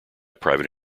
private